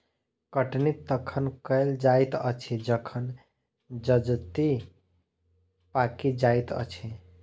कटनी तखन कयल जाइत अछि जखन जजति पाकि जाइत अछि